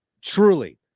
truly